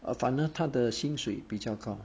err 反正他的薪水比较高